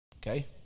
Okay